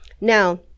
Now